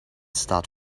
staat